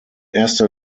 erster